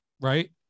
right